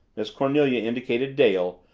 miss cornelia indicated dale,